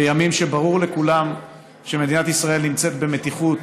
בימים שבהם ברור לכולם שמדינת ישראל נמצאת במתיחות